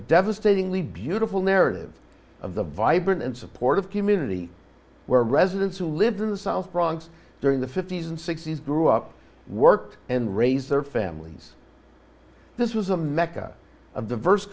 devastatingly beautiful narrative of the vibrant and supportive community where residents who lived in the south bronx during the fifty's and sixty's grew up work and raise their families this was a mecca of diverse